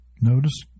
Notice